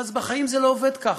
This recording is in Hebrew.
אבל בחיים זה לא עובד כך.